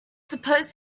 supposed